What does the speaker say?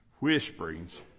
whisperings